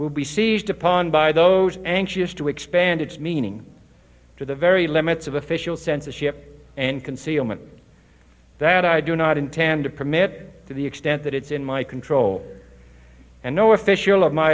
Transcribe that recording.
will be seized upon by those anxious to expand its meaning to the very limits of official censorship and concealment that i do not intend to permit to the extent that it's in my control and no official of my